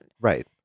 Right